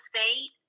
State